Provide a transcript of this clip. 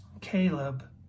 Caleb